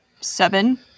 seven